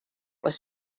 was